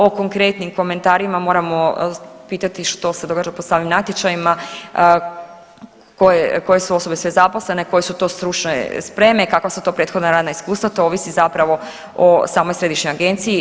O konkretnim komentarima moramo pitati što se događa po samim natječajima, koje, koje su osobe sve zaposlene, koje su to stručne spreme, kakva su to prethodna radna iskustva, to ovisi zapravo o samoj Središnjoj agenciji.